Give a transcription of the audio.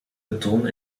beton